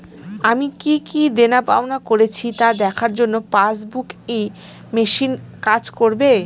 আমি কি কি দেনাপাওনা করেছি তা দেখার জন্য পাসবুক ই মেশিন কাজ করবে?